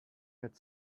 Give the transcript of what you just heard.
had